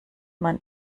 man